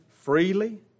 freely